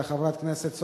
חברת כנסת דאז,